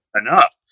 enough